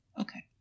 Okay